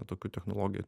tokių technologijų